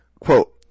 Quote